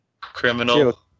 Criminal